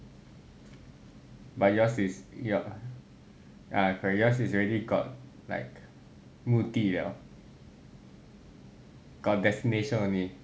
but yours is your ah correct yours is already got like 目的了 got destination already